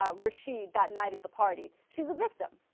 ah rashid dot night at the party she's a victim